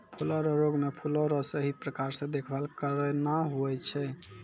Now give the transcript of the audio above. फूलो रो रोग मे फूलो रो सही प्रकार से देखभाल करना हुवै छै